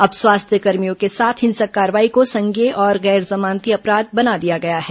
अब स्वास्थ्यकर्मियों के साथ हिंसक कार्रवाई को संज्ञेय और गैर जमानती अपराध बना दिया गया है